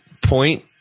point